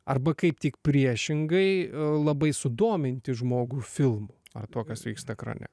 arba kaip tik priešingai labai sudominti žmogų filmu ar tuo kas vyksta ekrane